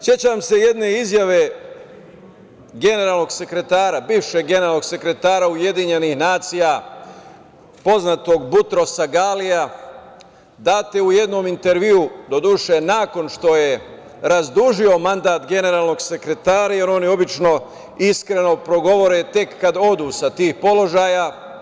Sećam se jedne izjave bivšeg generalnog sekretara Ujedinjenih nacija poznatog Butrosa Galija date u jednom intervjuu, doduše, nakon što je razdužio mandat generalnog sekretara, jer oni obično iskreno progovore tek kad odu sa tih položaja.